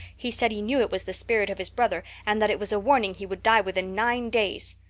he said he knew it was the spirit of his brother and that it was a warning he would die within nine days.